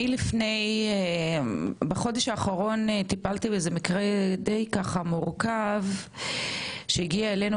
אני בחודש האחרון טיפלתי באיזה מקרה די מורכב שהגיע אלינו,